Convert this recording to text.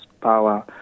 power